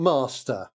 Master